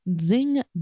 Zing